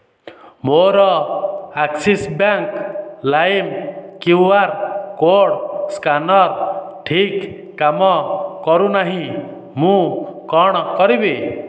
ମୋର Axis bank ଲାଇମ୍ Q R code scanner ଠିକ କାମ କରୁନାହିଁ ମୁଁ କ'ଣ କରିବି